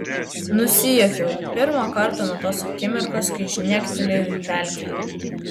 nusijuokiau pirmąkart nuo tos akimirkos kai žnektelėjau į pelkę